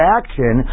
action